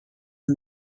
and